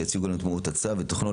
שיציגו לנו את מהות הצו ותוכנו.